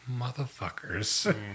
motherfuckers